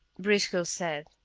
briscoe said,